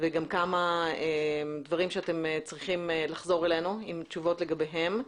וגם כמה דברים שאתם צריכים לחזור אלינו עם תשובות לגביהן.